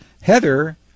Heather